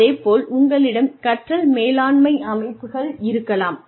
அதே போல உங்களிடம் கற்றல் மேலாண்மை அமைப்புகள் இருக்கலாம்